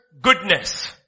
goodness